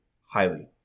highly